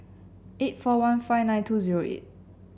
eight four one five nine two zero eight